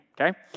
okay